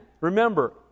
remember